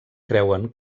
creuen